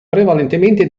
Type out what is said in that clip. prevalentemente